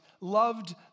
loved